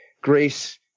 grace